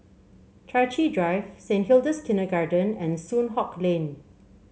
Chai Chee Drive Saint Hilda's Kindergarten and Soon Hock Lane